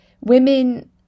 women